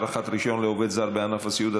(הארכת רישיון לעובד זר בענף הסיעוד),